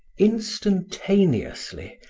instantaneously,